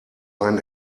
ein